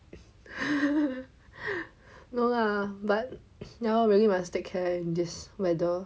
no lah but now really must take care in this weather